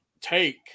take